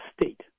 state